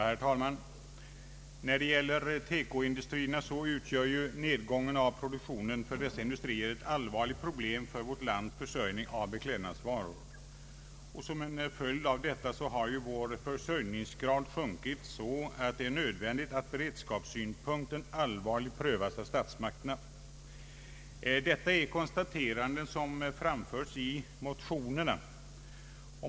Herr talman! Nedgången av produktionen för TEKO-industrierna utgör ett allvarligt problem för vårt lands försörjning med beklädnadsvaror. Vår försörjningsgrad har sjunkit så mycket att det är nödvändigt att beredskapssynpunkterna = allvarligt prövas av statsmakterna. Detta är ett konstaterande som framförs i motionerna.